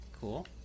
cool